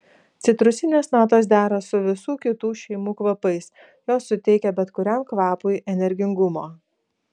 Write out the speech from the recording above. citrusinės natos dera su visų kitų šeimų kvapais jos suteikia bet kuriam kvapui energingumo